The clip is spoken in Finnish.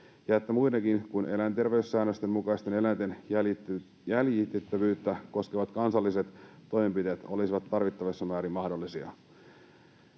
muutkin kuin eläinterveyssäännösten mukaiset eläinten jäljitettävyyttä koskevat kansalliset toimenpiteet olisivat tarvittavissa määrin mahdollisia.